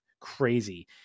Crazy